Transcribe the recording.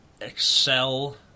Excel